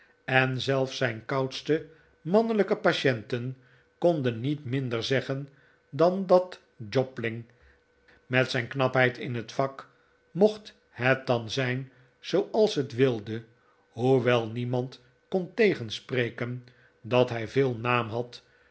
en zelfs zijn koudste mannelijke patienten konden niet minder zeggen dan dat jobling met zijn knapheid in het vak mocht het dan zijn zooals het wilde hoewel niemand kon tegenspreken dat hij veel naam had